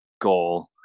goal